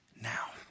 now